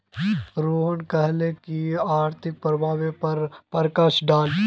रोहन कहले की आर्थिक प्रभावेर पर प्रकाश डाल